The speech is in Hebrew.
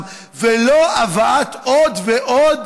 ולא הבאת עוד ועוד